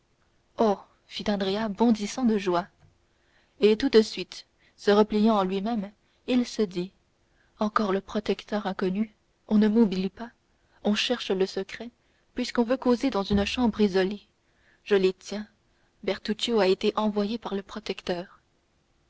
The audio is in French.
fit andrea bondissant de joie et tout de suite se repliant en lui-même il se dit encore le protecteur inconnu on ne m'oublie pas on cherche le secret puisqu'on veut causer dans une chambre isolée je les tiens bertuccio a été envoyé par le protecteur